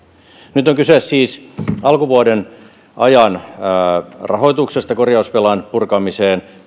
nyt on kyse siis alkuvuoden ajan rahoituksesta korjausvelan purkamiseen